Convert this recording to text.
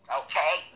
okay